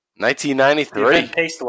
1993